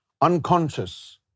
unconscious